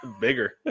bigger